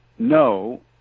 No